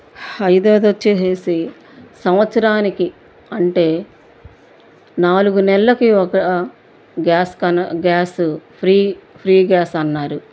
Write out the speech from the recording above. ఐదోది వచ్చేసేసి సంవత్సరానికి అంటే నాలుగు నెల్లకి ఒక gas gas free free gas అన్నారు